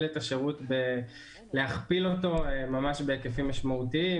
את השירות ולהכפיל אותו בהיקפים משמעותיים.